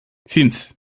fünf